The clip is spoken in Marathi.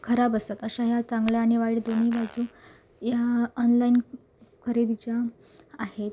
खराब असतात अशा ह्या चांगल्या आणि वाईट दोन्ही बाजू ह्या ऑनलाईन खरेदीच्या आहेत